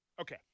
Okay